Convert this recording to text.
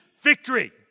victory